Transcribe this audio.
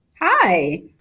Hi